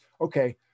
Okay